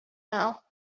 now